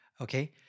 Okay